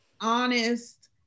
honest